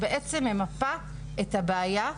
שבעצם ממפה את הבעיה,